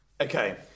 Okay